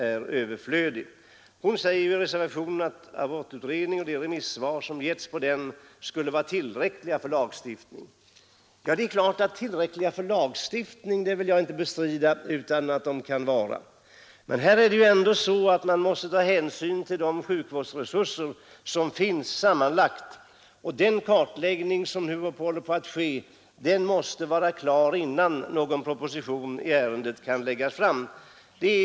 Fru Marklund säger i reservationen att abortutredningen och remissvaren på utredningens betänkande borde vara tillräckliga för en lagstiftning. Ja, jag vill inte bestrida att det materialet kan vara tillräckligt för en lagstiftning i ärendet, men här måste vi ta hänsyn till de sammanlagda sjukvårdsresurserna, och den kartläggning som nu pågår måste vara klar innan någon proposition kan läggas fram i ärendet.